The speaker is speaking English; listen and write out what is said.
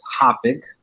topic